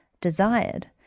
desired